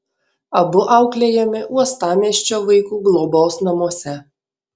abu auklėjami uostamiesčio vaikų globos namuose